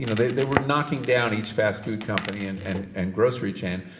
you know they they were knocking down each fast food company and and and grocery chain,